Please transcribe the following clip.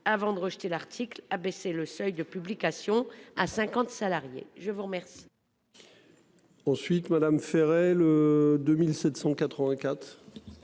avant de rejeter l'article abaisser le seuil de publication à 50 salariés. Je vous remercie.